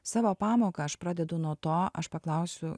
savo pamoką aš pradedu nuo to aš paklausiu